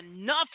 enough